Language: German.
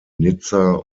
nizza